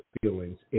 feelings